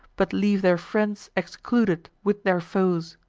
but leave their friends excluded with their foes.